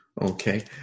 Okay